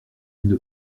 une